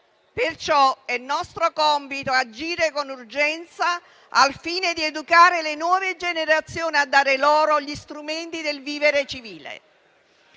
È nostro compito pertanto agire con urgenza, al fine di educare le nuove generazioni e dare loro gli strumenti del vivere civile.